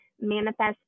manifest